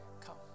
Come